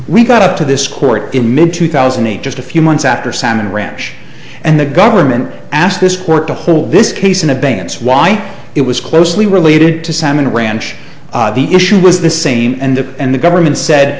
we got up to this court in mid two thousand and eight just a few months after salmon ranch and the government asked this court to hold this case in a ban swipe it was closely related to salmon ranch the issue was the same and the and the government said